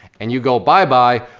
and you go bye-bye,